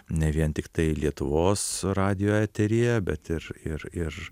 ne vien tiktai lietuvos radijo eteryje bet ir ir ir